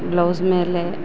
blouse ಮೇಲೆ